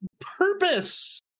purpose